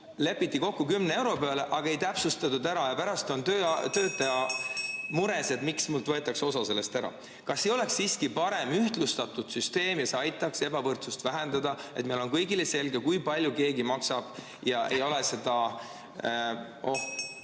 lepitud kokku 10 euro peale, aga ei täpsustatud ja pärast on töötaja mures, miks talt võetakse osa sellest ära. Kas ei oleks siiski parem ühtlustatud süsteem? See aitaks ebavõrdsust vähendada, meil kõigil oleks selge, kui palju keegi maksab ja ei oleks seda ...